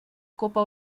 copa